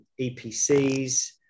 epcs